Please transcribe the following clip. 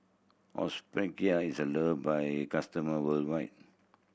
Hospicare is loved by it customer worldwide